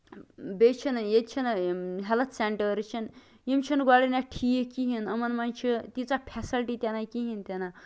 بیٚیہِ چھِ نہٕ ییٚیہِ چھِنہٕ ہٮ۪لتھ سینٹٲرٕس چھِنہٕ یِم چھِنہ گۄڈٕنیتھ ٹھیٖک کِہینۍ یِمَن منٛز چھِ تیٖژاہ فیسَلٹی تہِ نہٕ کِہینۍ تہِ نہٕ